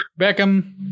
Beckham